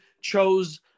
chose